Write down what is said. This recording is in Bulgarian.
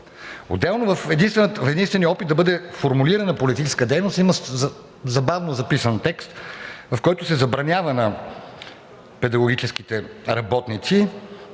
Отделно в единствения опит да бъде формулирана политическа дейност има забавно записан текст, в който се забранява на педагогическите работници